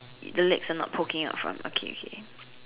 the legs are not poking up front okay okay